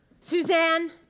Suzanne